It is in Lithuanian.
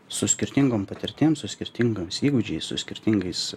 su skirtingom patirtim su skirtingais įgūdžiais su skirtingais